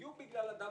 בדיוק בגלל זה.